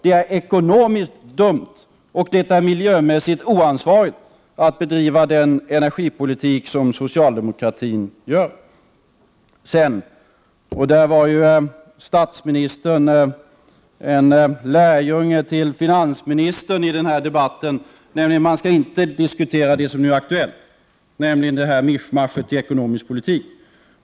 Det är ekonomiskt dumt, och det är miljömässigt oansvarigt att bedriva den energipolitik som socialdemokratin bedriver. Statsministern var ju en lärjunge till finansministern i den här debatten i fråga om att inte diskutera det som nu är aktuellt, nämligen det här mischmaschet i ekonomisk politik.